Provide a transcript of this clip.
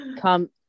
come